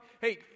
Hey